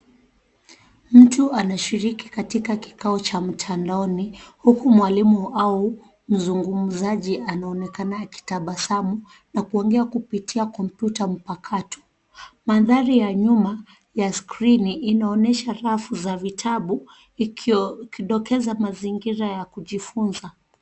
Mtu anashikiri katika kikao cha mtandaoni, huku mwalimu au mzungumzaji anaonekana akitabasamu na kuongea kupitia kompyuta mpakato. Mandhari ya nyuma ya skirini inaonesha rafu za vitabu, ikidokeza mazingira ya kujifunza.